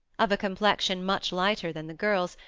of a complexion much lighter than the girl's,